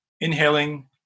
inhaling